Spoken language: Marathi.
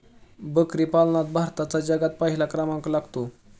बकरी पालनात भारताचा जगात पहिला क्रमांक लागतो